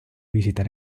visitar